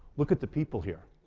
look at the people here,